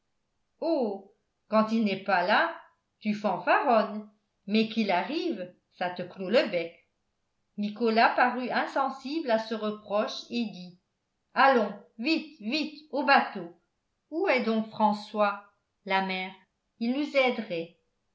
oh quand il n'est pas là tu fanfaronnes mais qu'il arrive ça te clôt le bec nicolas parut insensible à ce reproche et dit allons vite vite au bateau où est donc françois la mère il nous aiderait